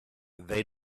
they